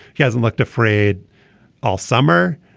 he hasn't looked afraid all summer.